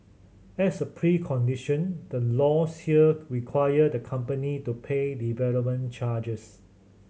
as a precondition the laws here require the company to pay development charges